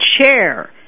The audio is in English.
chair